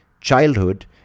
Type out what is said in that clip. childhood